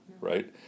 right